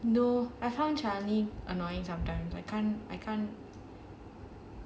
no I found charlie annoying sometimes I can't I can't